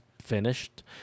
finished